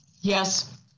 Yes